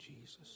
Jesus